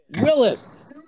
Willis